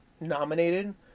nominated